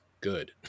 good